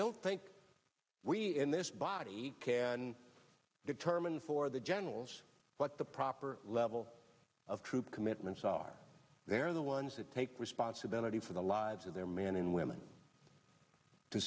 don't think we in this body can determine for the generals what the proper level of troop commitments are they're the ones that take responsibility for the lives of their men and women to